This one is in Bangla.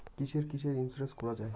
কিসের কিসের ইন্সুরেন্স করা যায়?